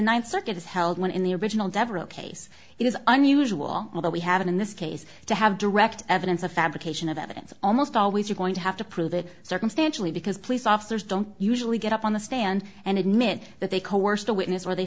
ninth circuit is held when in the original devereaux case it is unusual although we have in this case to have direct evidence a fabrication of evidence almost always you're going to have to prove it circumstantially because police officers don't usually get up on the stand and admit that they coerced a witness or they